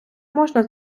можна